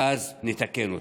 ואז נתקן אותו.